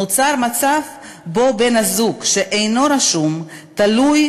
נוצר מצב שבו בן-הזוג שאינו רשום תלוי